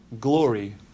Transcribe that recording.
glory